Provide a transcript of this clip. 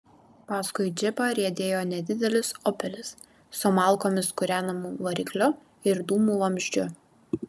paskui džipą riedėjo nedidelis opelis su malkomis kūrenamu varikliu ir dūmų vamzdžiu